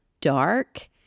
dark